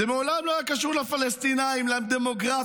זה מעולם לא היה קשור לפלסטינים, לדמוגרפיה,